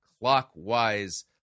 clockwise